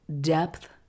depth